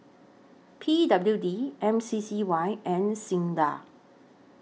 P W D M C C Y and SINDA